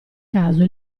caso